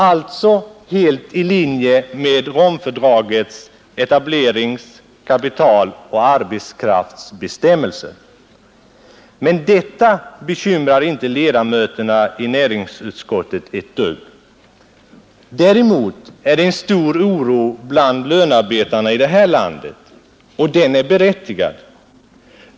Alltså helt i linje med Romfördragets etabierings-, kapitaloch arbetskraftsbestämmelser. Men detta bekymrar inte ledamöterna i näringsutskottet ett dugg. Däremot är det stor oro bland lönearbetarna i vårt land, och den är berättigad.